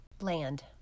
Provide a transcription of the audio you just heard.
land